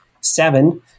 seven